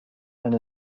and